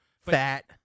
Fat